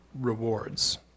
rewards